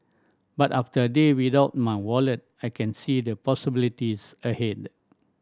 but after a day without my wallet I can see the possibilities ahead